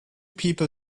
people